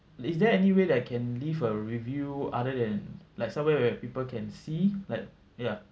is there any way that I can leave a review other than like somewhere where people can see like ya